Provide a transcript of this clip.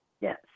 Yes